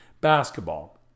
basketball